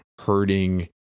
hurting